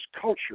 culture